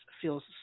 Feels